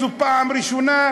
זו פעם ראשונה,